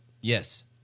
Yes